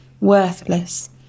worthless